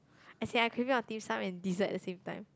as in I craving for Dim-Sum and dessert at the same time